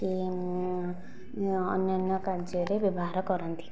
କି ଅନ୍ୟାନ କାର୍ଯ୍ୟରେ ବ୍ୟବହାର କରନ୍ତି